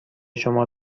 شما